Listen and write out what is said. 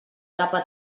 tapa